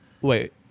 Wait